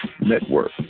Network